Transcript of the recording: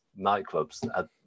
nightclubs